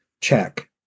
check